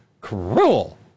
Cruel